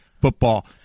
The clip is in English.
football